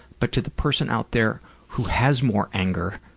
but to the person out there who has more anger